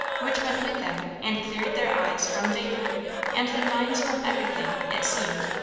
which went with them and cleared their eyes from vapour and their minds from everything, it seemed,